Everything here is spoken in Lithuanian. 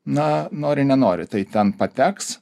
na nori nenori tai ten pateks